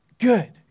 Good